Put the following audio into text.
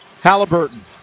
Halliburton